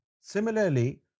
Similarly